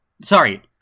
Sorry